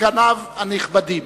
סגניו הנכבדים,